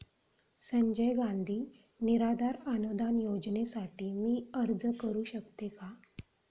संजय गांधी निराधार अनुदान योजनेसाठी मी अर्ज करू शकते का?